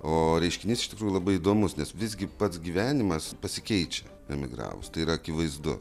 o reiškinys iš tikrųjų labai įdomus nes visgi pats gyvenimas pasikeičia emigravus tai yra akivaizdu